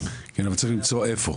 כן, אבל צריך למצוא איפה.